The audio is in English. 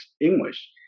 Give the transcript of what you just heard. English